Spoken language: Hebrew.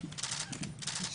הוועדה?